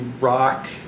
rock